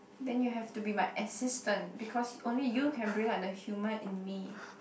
then you have to be my assistant because only you can bring out the humor in me